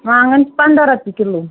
وانٛگن چھِ پنٛداہ رۄپیہِ کِلوٗ